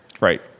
Right